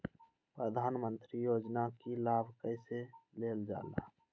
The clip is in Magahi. प्रधानमंत्री योजना कि लाभ कइसे लेलजाला?